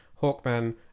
Hawkman